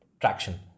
traction